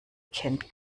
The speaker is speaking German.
kennt